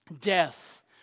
Death